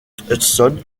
hudson